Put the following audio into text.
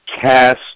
cast